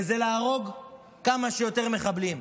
וזה להרוג כמה שיותר מחבלים.